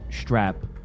strap